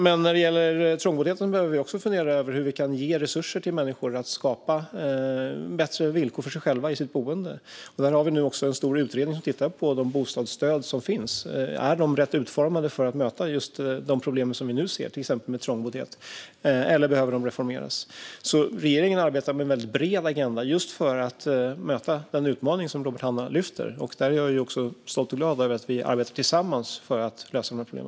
Men när det gäller trångboddheten behöver vi fundera över hur vi kan ge resurser till människor för att skapa bättre villkor för sig själva i sitt boende. En stor utredning tittar nu på de bostadsstöd som finns. Är de rätt utformade för att möta de problem som vi nu ser, till exempel trångboddhet, eller behöver de reformeras? Regeringen arbetar med en väldigt bred agenda för att möta den utmaning som Robert Hannah lyfter fram. Jag är stolt och glad över att vi arbetar tillsammans för att lösa dessa problem.